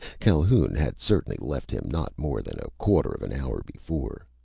calhoun had certainly left him not more than a quarter of an hour before.